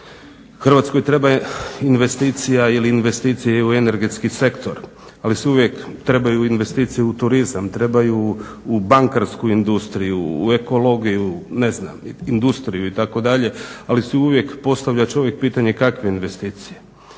Hrvatskoj treba investicija ili investicije i u energetski sektor ali uvijek trebaju investicije u turizam, trebaju u bankarsku industriju, u ekologiju, ne znam, industriju itd. Ali si uvijek postavlja čovjek pitanje kakve investicije?